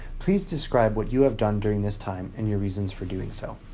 please describe what you have done during this time and your reasons for doing so.